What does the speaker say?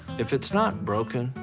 if it's not broken,